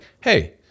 Hey